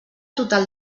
total